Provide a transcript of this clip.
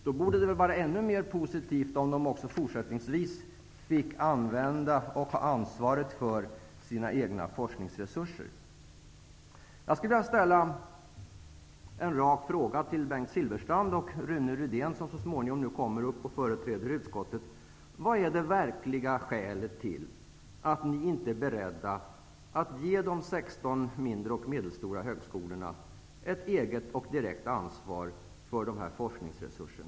Då borde det väl vara ännu mera positivt om högskolorna även fortsättningsvis får ansvar för sina egna forskningsresurser? Silfverstrand och Rune Rydén, som så småningom skall tala som företrädare för utskottet. Vad är det verkliga skälet till att ni inte är beredda att ge de 16 mindre och medelstora högskolorna ett eget och direkt ansvar för dessa forskningsresurser?